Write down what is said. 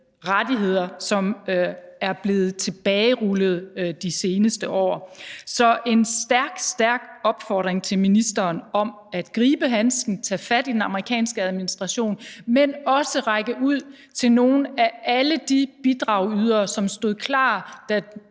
rettigheder, som er blevet tilbagerullet de seneste år. Så der skal lyde en stærk, stærk opfordring til ministeren om at gribe handsken, tage fat i den amerikanske administration, men også række ud til nogle af alle de bidragydere, som stod klar, da